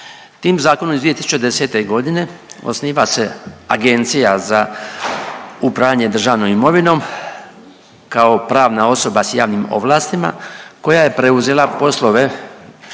Tim zakonom iz 2010. godine osniva se Agencija za upravljanje državnom imovinom kao pravna osoba s javnim ovlastima koja je preuzela poslove